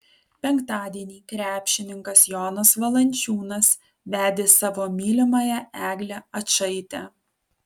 penktadienį krepšininkas jonas valančiūnas vedė savo mylimąją eglę ačaitę